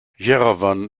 jerewan